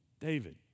David